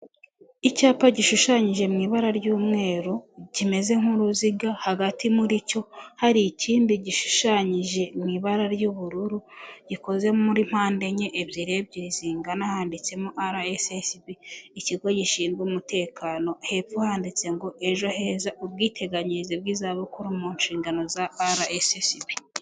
Icyapa gishushanyije mu ibara ry'umweru kimeze nk'uruziga, hagati muri cyo hari ikindi gishushanyije mu ibara ry'ubururu, gikoze muri mpande enye, ebyiri ebyiri zingana, handitsemo RSSB ikigo gishinzwe umutekano, hepfo handitse ngo: "Ejo heza ubwiteganyirize bw'izabukuru mu nshingano za RSSB."